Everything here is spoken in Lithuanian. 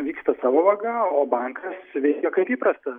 vyksta savo vaga o bankas veikia kaip įprasta